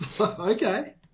Okay